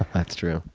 that's true.